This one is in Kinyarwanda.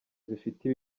zifite